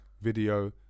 video